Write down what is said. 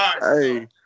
Hey